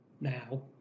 now